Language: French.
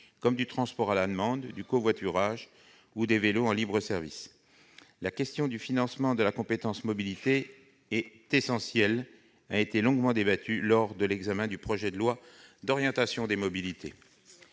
mobilité- transport à la demande, covoiturage, vélos en libre-service. La question du financement de la compétence mobilité est essentielle. Elle a été longuement débattue lors de l'examen du projet de loi d'orientation des mobilités.